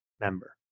member